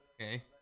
Okay